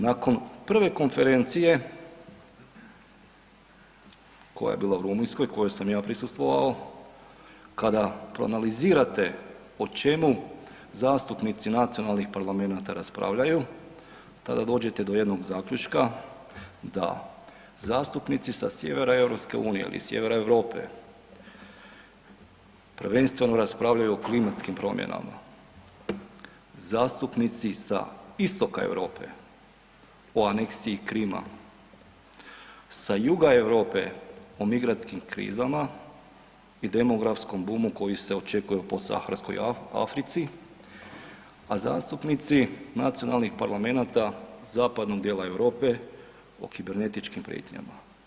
Nakon prve konferencije koja je bila u Rumunjskoj kojoj sam ja prisustvovao, kada proanalizirate o čemu zastupnici nacionalnih parlamenata raspravljaju tada dođete do jednog zaključka da zastupnici sa sjevera EU ili sjevera Europe prvenstveno raspravljaju o klimatskim promjenama, zastupnici sa istoka Europe o aneksiji Krima, sa juga Europe o migrantskim krizama i demografskim bumom koji se očekuje u podsaharskoj Africi, a zastupnici nacionalnih parlamenata zapadnog Europe o kibernetičkim prijetnjama.